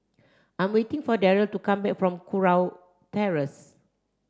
I'm waiting for Darell to come back from Kurau Terrace